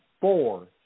four